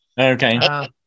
Okay